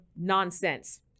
nonsense